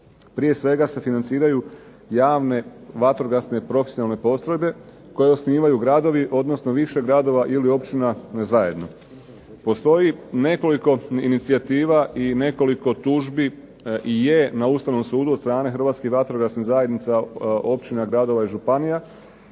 Prije svega se financiraju javne vatrogasne profesionalne postrojbe koje osnivaju gradovi, odnosno više gradova ili općina zajedno. Postoji nekoliko inicijativa i nekoliko tužbi i je na Ustavnom sudu od strane Hrvatskih vatrogasnih zajednica, općina, gradova i županija